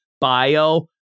bio